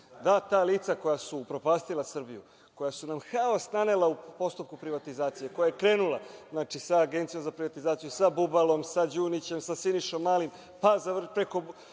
da ta lica koja su upropastila Srbiju, koja su nam haos nanela u postupku privatizacije, koja je krenula, znači, sa Agencijom za privatizaciju, sa Bubalom, sa Đunićem, sa Sinišom Malim, rekao